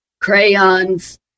crayons